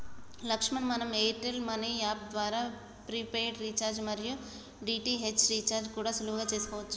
లక్ష్మణ్ మనం Airtel Money app ద్వారా prepaid recharge మరియు డి.టి.హెచ్ రీఛార్జి కూడా సులువుగా చేసుకోవచ్చు